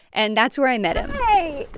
and that's where i met him hi.